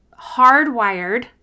hardwired